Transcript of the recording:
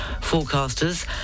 forecasters